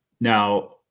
now